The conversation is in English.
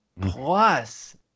plus